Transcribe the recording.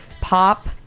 pop